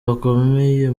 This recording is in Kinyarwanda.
bakomeye